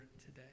today